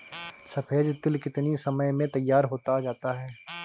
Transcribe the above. सफेद तिल कितनी समय में तैयार होता जाता है?